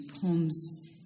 poems